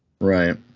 Right